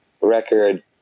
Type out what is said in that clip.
record